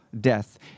death